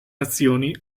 azioni